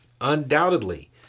Undoubtedly